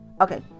okay